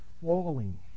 falling